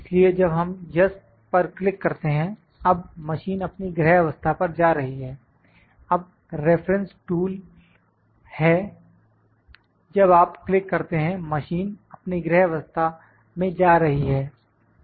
इसलिए जब हम यस पर क्लिक करते हैं अब मशीन अपनी ग्रह अवस्था पर जा रही है अब रेफरेंस टूल है जब आप क्लिक करते हैं मशीन अपनी ग्रह अवस्था में जा रही है